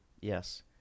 Yes